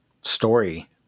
story